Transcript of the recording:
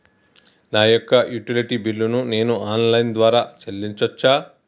నా యొక్క utility bill ను నేను ఆన్ లైన్ ద్వారా చెల్లించొచ్చా?